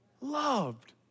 Loved